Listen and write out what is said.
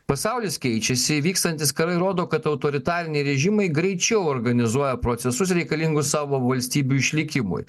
pasaulis keičiasi vykstantys karai rodo kad autoritariniai režimai greičiau organizuoja procesus reikalingus savo valstybių išlikimui